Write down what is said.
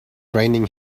raining